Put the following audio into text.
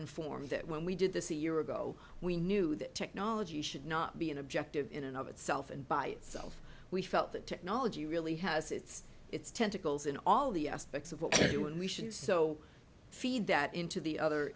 informed that when we did this year ago we knew that technology should not be an objective in and of itself and by itself we felt that technology really has its its tentacles in all the aspects of what you and we should do so feed that into the other